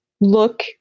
look